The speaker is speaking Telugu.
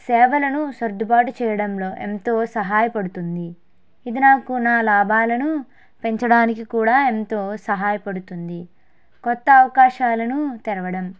సేవలను సర్ధుబాటు చేయడంలో ఎంతో సహాయపడుతుంది ఇది నాకు నా లాభాలను పెంచడానికి కూడా ఎంతో సహాయపడుతుంది కొత్త అవకాశాలను తెరవడం